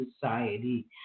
Society